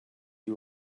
you